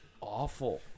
awful